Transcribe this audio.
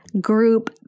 group